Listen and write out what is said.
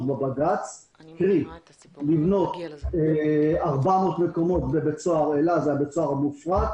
בבג"ץ ולבנות 400 מקומות בבית-סוהר "אלה" שהוא בית-הסוהר המופרט,